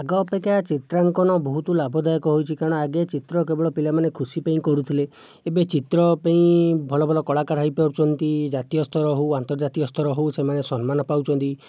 ଆଗ ଅପେକ୍ଷା ଚିତ୍ରାଙ୍କନ ବହୁତ ଲାଭ ଦାୟକ ହୋଇଛି କାରଣ ଆଗେ ଚିତ୍ର କେବଳ ପିଲାମାନେ ଖୁସି ପାଇଁ କରୁଥିଲେ ଏବେ ଚିତ୍ର ପାଇଁ ଭଲ ଭଲ କଳାକାର ହୋଇପାରୁଛନ୍ତି ଜାତୀୟସ୍ତର ହେଉ ଆନ୍ତର୍ଜାତୀୟସ୍ତର ହେଉ ସେମାନେ ସମ୍ମାନ ପାଉଛନ୍ତି